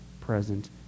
present